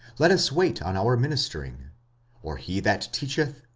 let us wait on our ministering or he that teacheth,